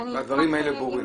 הדברים האלה ברורים.